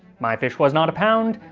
my fish was not a pound,